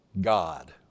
God